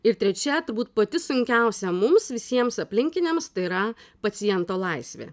ir trečia turbūt pati sunkiausia mums visiems aplinkiniams tai yra paciento laisvė